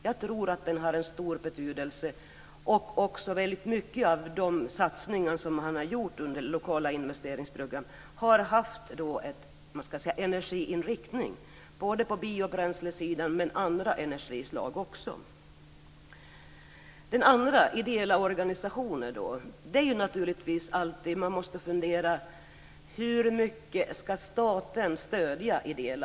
Jag tror att den har stor betydelse och att mycket av de satsningar som har gjorts under lokala investeringsprogram har haft en energiinriktning både på biobränsle och andra energislag. När det gäller ideella organisationer måste man alltid fundera över hur mycket staten ska stödja dem.